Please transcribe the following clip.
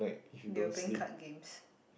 they were playing card games